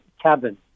cabin